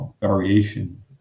variation